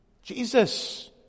Jesus